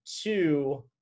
two